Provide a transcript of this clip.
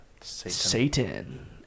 Satan